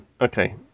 Okay